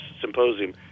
symposium